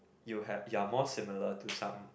you have you are more similiar to some